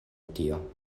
tio